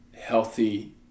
healthy